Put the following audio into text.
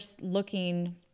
looking